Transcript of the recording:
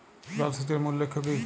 জল সেচের মূল লক্ষ্য কী?